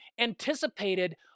anticipated